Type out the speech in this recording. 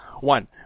One